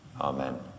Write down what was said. Amen